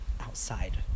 outside